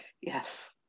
Yes